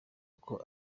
uko